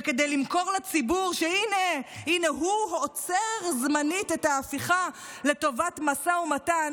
וכדי למכור לציבור שהינה הוא עוצר זמנית את ההפיכה לטובת משא ומתן,